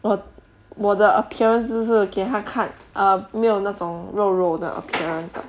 我我的 appearance 就是给他看 err 没有那种肉肉的 appearance 的